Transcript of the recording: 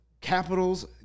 capitals